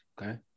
Okay